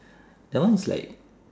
that one is like